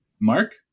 mark